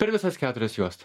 per visas keturias juostas